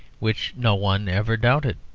which no one ever doubted.